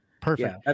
Perfect